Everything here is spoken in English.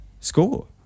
score